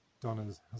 Donna's